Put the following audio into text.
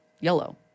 yellow